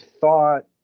thought